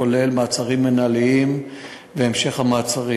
כולל מעצרים מינהליים והמשך המעצרים.